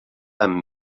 amb